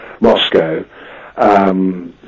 Moscow